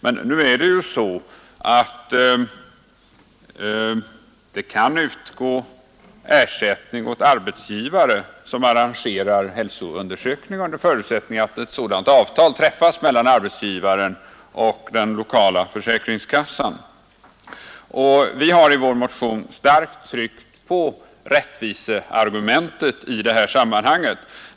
Men nu är det så att det kan utgå ersättning åt arbetsgivare som arrangerar hälsoundersökning under förutsättning att ett sådant avtal träffas mellan arbetsgivaren och den lokala försäkringskassan. Vi har i vår motion starkt tryckt på rättviseargumentet i detta sammanhang.